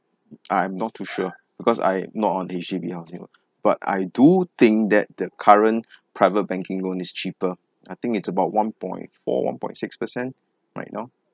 I'm not too sure because I not on H_D_B housing loan but I do think that the current private banking loan is cheaper I think it's about one point four one point six percent right now